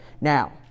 Now